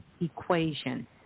equation